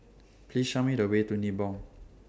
Please Show Me The Way to Nibong